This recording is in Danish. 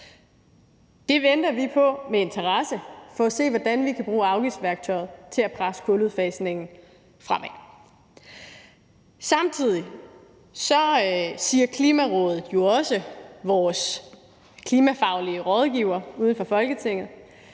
Det venter vi på med interesse for at se, hvordan vi kan bruge afgiftsværktøjet til at presse kuludfasningen fremad. Samtidig siger Klimarådet jo også – vores klimafaglige rådgivere uden for Folketinget